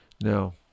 Now